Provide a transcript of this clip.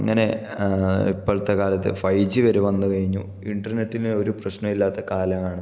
ഇങ്ങനെ ഇപ്പഴത്തെ കാലത്ത് ഫൈവ് ജി വരെ വന്നു കഴിഞ്ഞു ഇന്റർനെറ്റിന് ഒരു പ്രശ്നവും ഇല്ലാത്ത കാലമാണ്